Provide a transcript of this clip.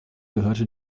gehörte